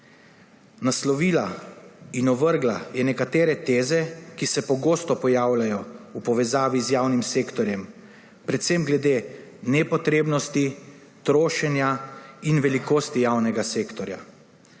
Naslovila in ovrgla je nekatere teze, ki se pogosto pojavljajo v povezavi z javnim sektorjem, predvsem glede nepotrebnosti, trošenja in velikosti javnega sektorja.